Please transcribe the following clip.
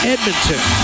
Edmonton